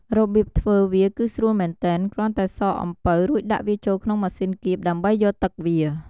របៀបធ្វើវាគឺស្រួលមែនទែន គ្រាន់តែសកអំពៅរួចដាក់វាចូលក្នុងម៉ាសុីនគៀបដើម្បីយកទឹកវា។